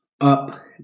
Up